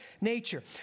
nature